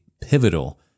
pivotal